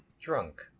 drunk